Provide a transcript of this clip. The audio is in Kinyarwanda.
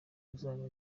uzaba